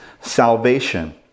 salvation